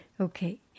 Okay